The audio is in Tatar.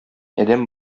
адәм